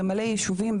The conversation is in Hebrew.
במלא יישובים,